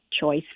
choice